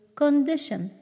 condition